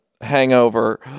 hangover